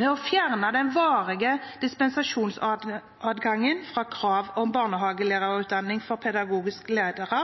når det gjelder det å fjerne den varige dispensasjonsadgangen fra krav om barnehagelærerutdanning for pedagogiske ledere.